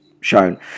shown